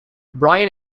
brian